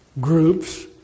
groups